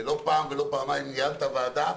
לא פעם ולא פעמיים ניהלת ועדה,